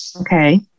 okay